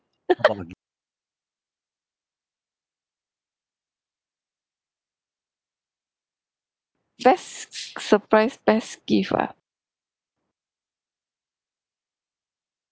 best surprise best gift ah